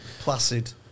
Placid